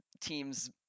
teams